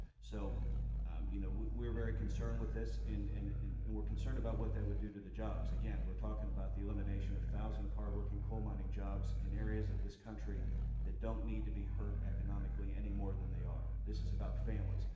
so you know we are very concerned with this. and and we are concerned about what that would do to the jobs. again, we are talking about the elimination of thousands of hard-working coal mining jobs in areas of this country that don't need to be hurt economically any more than they are. this is about families,